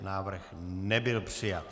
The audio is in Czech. Návrh nebyl přijat.